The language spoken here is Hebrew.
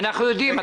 אנחנו יודעים.